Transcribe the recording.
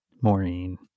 Maureen